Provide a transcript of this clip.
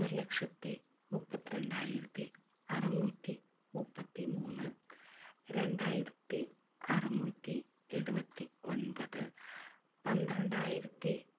ഒരു ലക്ഷത്തി മുപ്പത്തി രണ്ടായിരത്തി അറുന്നൂറ്റി മുപ്പത്തി മൂന്ന് രണ്ടായിരത്തി അറുന്നൂറ്റി എഴുപത്തി ഒൻപത് പന്ത്രണ്ടായിരത്തി